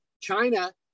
China